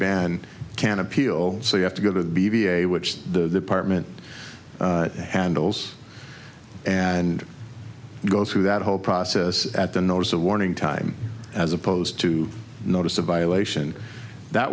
ban can appeal so you have to go to the v a which the partment handles and go through that whole process at the notice of warning time as opposed to notice a violation that